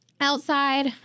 outside